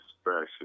special